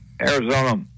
Arizona